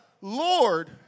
Lord